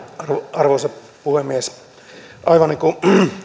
arvoisa puhemies aivan niin kuin